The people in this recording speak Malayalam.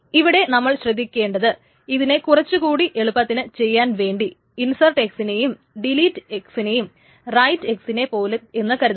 ഇവിടെ നമ്മൾ ശ്രദ്ധിക്കേണ്ടത് ഇതിനെ കുറച്ചു കൂടി എളുപ്പത്തിൽ ചെയ്യാൻ വേണ്ടി insert നേയും delete നേയും റൈറ്റ് X നെ പൊലെയാണ് എന്ന് കരുതുക